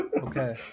Okay